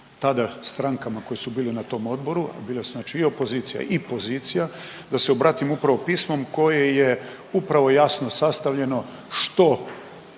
tada strankama koje su bile na tom odboru, a bile su znači i opozicija i pozicija, da se obratim upravo pismom koje je upravo jasno sastavljeno što